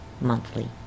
monthly